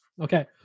Okay